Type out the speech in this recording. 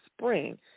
spring